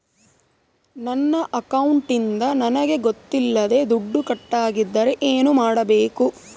ನನ್ನ ಅಕೌಂಟಿಂದ ನನಗೆ ಗೊತ್ತಿಲ್ಲದೆ ದುಡ್ಡು ಕಟ್ಟಾಗಿದ್ದರೆ ಏನು ಮಾಡಬೇಕು?